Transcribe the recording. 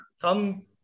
come